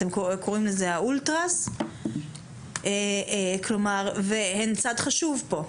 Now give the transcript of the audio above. שאתם קוראים לזה אולטראס, הם צד חשוב פה.